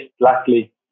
luckily